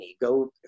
go